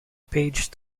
page